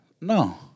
no